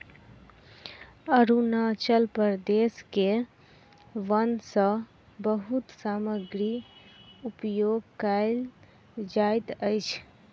अरुणाचल प्रदेश के वन सॅ बहुत सामग्री उपयोग कयल जाइत अछि